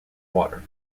water